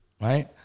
right